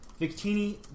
Victini